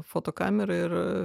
fotokamerą ir